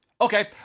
Okay